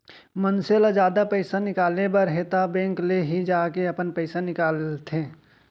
मनसे ल जादा पइसा निकाले बर हे त बेंक ले ही जाके अपन पइसा निकालंथे